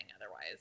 otherwise